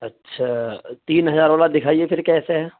اچھا تین ہزار والا دکھائیے پھر کیسے ہے